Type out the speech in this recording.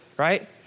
right